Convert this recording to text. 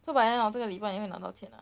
so by end of 这个礼拜你会拿到钱了